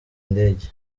indege